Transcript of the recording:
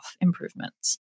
improvements